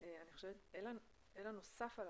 את הקראת את ה"נוסף עליו".